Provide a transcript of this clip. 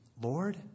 Lord